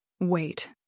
Wait